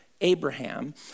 Abraham